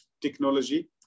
technology